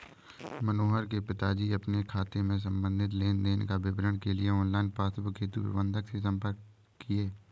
मनोहर के पिताजी अपने खाते से संबंधित लेन देन का विवरण के लिए ऑनलाइन पासबुक हेतु प्रबंधक से संपर्क किए